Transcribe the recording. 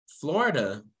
Florida